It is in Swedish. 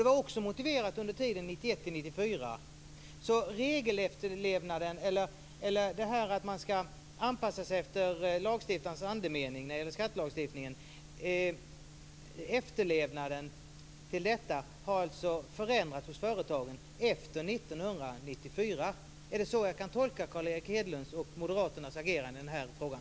Det var också motiverat under tiden 1991-1994. Efterlevnaden av regeln att man ska anpassa sig efter lagstiftarens andemening när det gäller skattelagstiftningen har alltså förändrats hos företagen efter 1994. Är det så jag ska tolka Carl Erik Hedlunds och moderaternas agerande i den här frågan?